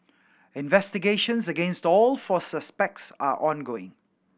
investigations against all four suspects are ongoing